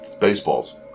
baseballs